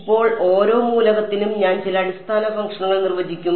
ഇപ്പോൾ ഓരോ മൂലകത്തിനും ഞാൻ ചില അടിസ്ഥാന ഫംഗ്ഷനുകൾ നിർവചിക്കും